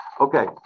Okay